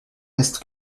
reste